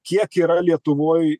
kiek yra lietuvoj